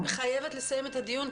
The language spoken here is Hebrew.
אני חייבת לסיים את הדיון.